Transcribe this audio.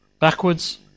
Backwards